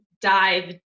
dive